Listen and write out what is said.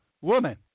woman